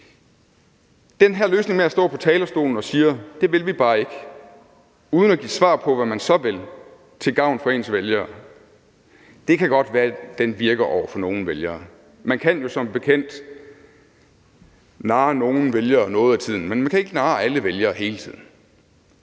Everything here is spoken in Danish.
Den her løsning med at stå på talerstolen og sige, at det vil man bare ikke, uden at give et svar på, hvad man så vil til gavn for ens vælgere, kan det godt være virker over for nogle vælgere. Man kan jo som bekendt narre nogle vælgere noget af tiden, men man kan ikke narre alle vælgere hele tiden,